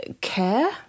care